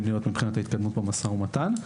להיות מבחינת ההתקדמות במשא ומתן.